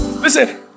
Listen